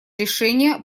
решение